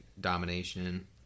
Domination